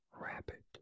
Rabbit